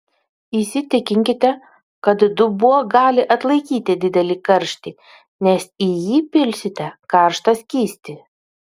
įsitikinkite kad dubuo gali atlaikyti didelį karštį nes į jį pilsite karštą skystį